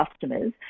customers